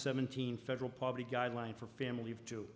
seventeen federal poverty guideline for family